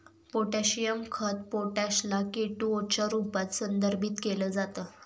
potassium खत potash ला K two O च्या रूपात संदर्भित केल जात